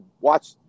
watch